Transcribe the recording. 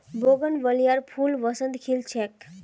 बोगनवेलियार फूल बसंतत खिल छेक